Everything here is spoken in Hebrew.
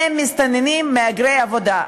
הם מסתננים מהגרי עבודה.